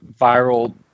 viral